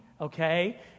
okay